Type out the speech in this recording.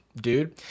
dude